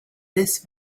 this